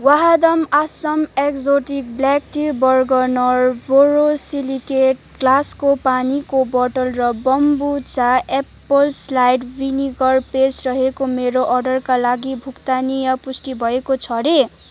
Vahdam Assam exotic black tea Bergner borosilicate ग्लासको पानीको बोतल र बम्बुचा एप्पल स्लाइड भिनेगर पेय रहेको मेरो अर्डरका लागि भुक्तानी पुष्टि भएको छ रे